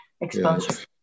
exposure